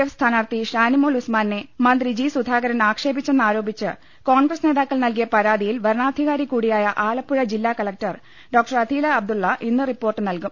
F സ്ഥാനാർത്ഥി ഷാനിമോൾ ഉസ്മാനെ മന്ത്രി ജി സുധാകരൻ ആക്ഷേപിച്ചെന്നാരോപിച്ച് കോൺഗ്രസ് നേതാക്കൾ നൽകിയ പരാതിയിൽ വരണാധികാരികൂടിയായ ആലപ്പുഴ ജില്ലാ കലക്ടർ ഡോക്ടർ അഥീല അബ്ദുള്ള ഇന്ന് റിപ്പോർട്ട് നൽകും